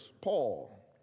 paul